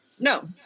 No